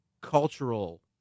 cultural